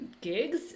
gigs